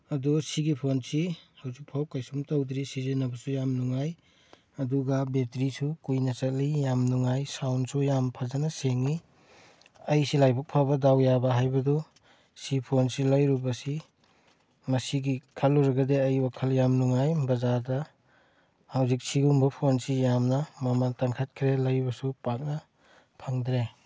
ꯑꯗꯨ ꯁꯤꯒꯤ ꯐꯣꯟꯁꯤ ꯍꯧꯖꯤꯛꯐꯥꯎ ꯀꯩꯁꯨꯝ ꯇꯧꯗ꯭ꯔꯤ ꯁꯤꯖꯤꯟꯅꯕꯁꯨ ꯌꯥꯝ ꯅꯨꯡꯉꯥꯏ ꯑꯗꯨꯒ ꯕꯦꯇ꯭ꯔꯤꯁꯨ ꯀꯨꯏꯅ ꯆꯠꯂꯤ ꯌꯥꯝ ꯅꯨꯡꯉꯥꯏ ꯁꯥꯎꯟꯁꯨ ꯌꯥꯝ ꯐꯖꯅ ꯁꯦꯡꯏ ꯑꯩꯁꯤ ꯂꯥꯏꯕꯛ ꯐꯕ ꯗꯥꯎ ꯌꯥꯕ ꯍꯥꯏꯕꯗꯨ ꯁꯤ ꯐꯣꯟꯁꯤ ꯂꯩꯔꯨꯕꯁꯤ ꯃꯁꯤꯒꯤ ꯈꯜꯂꯨꯔꯒꯗꯤ ꯑꯩ ꯋꯥꯈꯜ ꯌꯥꯝ ꯅꯨꯡꯉꯥꯏ ꯕꯖꯥꯔꯗ ꯍꯧꯖꯤꯛ ꯁꯤꯒꯨꯝꯕ ꯐꯣꯟꯁꯤ ꯌꯥꯝꯅ ꯃꯃꯟ ꯇꯥꯡꯈꯠꯈ꯭ꯔꯦ ꯂꯩꯕꯁꯨ ꯄꯥꯛꯅ ꯐꯪꯗ꯭ꯔꯦ